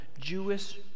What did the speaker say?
Jewish